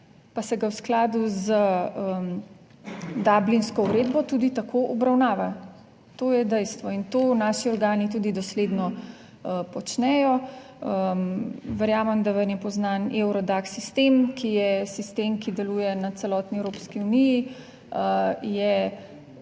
pa se ga v skladu z Dublinsko uredbo tudi tako obravnava. To je dejstvo in to naši organi tudi dosledno počnejo. Verjamem, da vam je poznan EURODAC sistem, ki je sistem, ki deluje na celotni Evropski uniji,